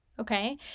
Okay